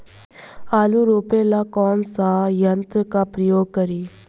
आलू रोपे ला कौन सा यंत्र का प्रयोग करी?